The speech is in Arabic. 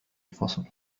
الفصل